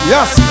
Yes